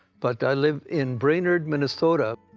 but i live in brainerd minnesota.